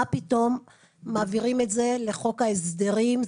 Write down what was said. מה פתאום מעבירים את זה לחוק ההסדרים?